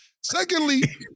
Secondly